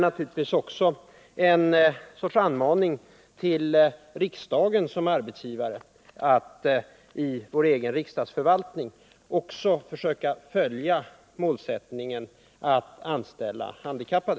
Naturligtvis innebär detta en anmaning till riksdagen som arbetsgivare att i vår egen riksdagsförvaltning också försökata Nr 102